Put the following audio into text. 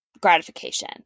gratification